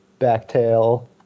backtail